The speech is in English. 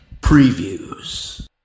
Previews